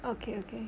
okay okay